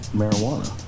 marijuana